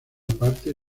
parte